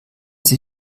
sie